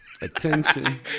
Attention